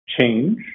change